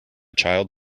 child